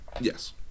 Yes